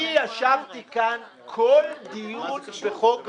אני ישבתי כאן כל דיון בחוק הגמ"חים,